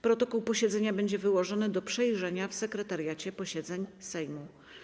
Protokół posiedzenia będzie wyłożony do przejrzenia w Sekretariacie Posiedzeń Sejmu.